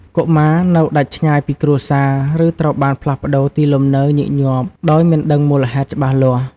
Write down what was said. កុមារនៅដាច់ឆ្ងាយពីគ្រួសារ ឬត្រូវបានផ្លាស់ប្តូរទីលំនៅញឹកញាប់ដោយមិនដឹងមូលហេតុច្បាស់លាស់។